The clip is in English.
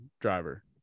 driver